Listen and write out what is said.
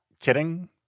kidding